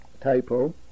typo